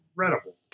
incredible